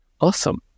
Awesome